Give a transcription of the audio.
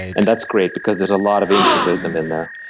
and that's great because there's a lot of ancient wisdom in there.